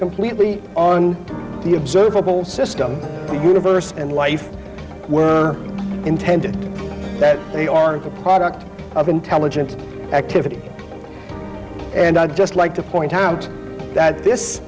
completely on the observable system the universe and life were intended that they are the product of intelligent activity and i'd just like to point out that this